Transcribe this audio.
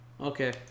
Okay